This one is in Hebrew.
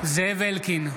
אלקין,